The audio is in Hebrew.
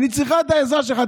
אני צריכה את העזרה שלך,